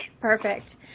Perfect